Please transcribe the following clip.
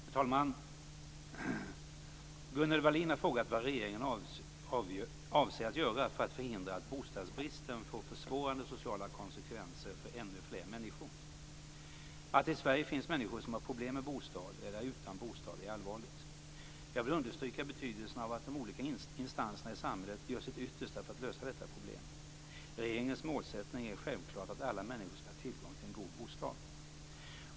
Fru talman! Gunnel Wallin har frågat vad regeringen avser att göra för att förhindra att bostadsbristen får försvårande sociala konsekvenser för ännu fler människor. Att det i Sverige finns människor som har problem med bostad eller är utan bostad är allvarligt. Jag vill understryka betydelsen av att de olika instanserna i samhället gör sitt yttersta för att lösa detta problem. Regeringens målsättning är självklart att alla människor skall har tillgång till en god bostad.